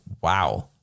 wow